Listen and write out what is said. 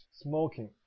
smoking